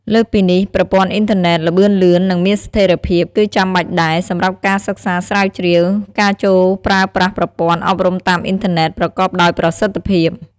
លើសពីនេះ ប្រព័ន្ធអ៊ីនធឺណិត ល្បឿនលឿន និងមានស្ថេរភាព គឺចាំបាច់ដែរ សម្រាប់ការសិក្សាស្រាវជ្រាវ ការចូលប្រើប្រាស់ប្រព័ន្ធអប់រំតាមអ៊ីនធឺណិត ប្រកបដោយប្រសិទ្ធភាព។